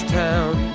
town